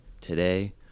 today